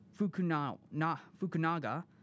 Fukunaga